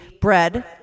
bread